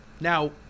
Now